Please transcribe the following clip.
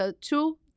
two